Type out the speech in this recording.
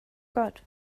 got